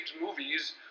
movies